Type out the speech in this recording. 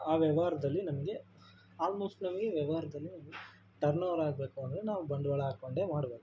ಆ ವ್ಯವಹಾರದಲ್ಲಿ ನಮಗೆ ಆಲ್ಮೋಸ್ಟ್ ನಮಗೆ ವ್ಯವಹಾರದಲ್ಲಿ ನಮಗೆ ಟರ್ನೋವರ್ ಆಗಬೇಕು ಅಂದರೆ ನಾವು ಬಂಡವಾಳ ಹಾಕ್ಕೊಂಡೆ ಮಾಡಬೇಕು